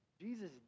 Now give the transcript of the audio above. Jesus